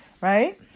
Right